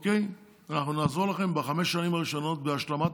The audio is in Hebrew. ואנחנו נעזור לכם בחמש השנים הראשונות בהשלמת